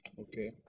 Okay